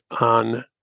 on